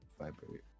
vibrate